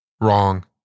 Wrong